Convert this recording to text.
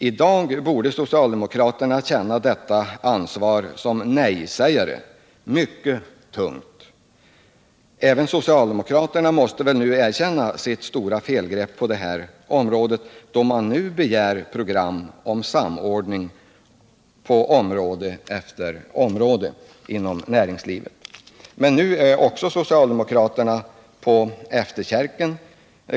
I dag borde socialdemokraterna känna detta ansvar såsom nejsägare mycket tungt. Även socialdemokraterna måste väl nu erkänna sitt stora felgrepp i detta fall, då man nu begär program och samordning på område efter område inom näringslivet. Men nu är socialdemokraterna på efterkälken.